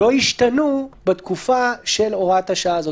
לא ישתנו בתקופה של הוראת השעה הזאת.